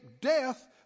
death